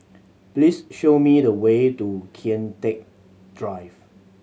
please show me the way to Kian Teck Drive